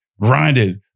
grinded